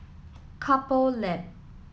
Couple Lab